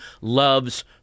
loves